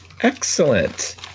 Excellent